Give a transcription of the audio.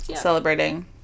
Celebrating